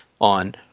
on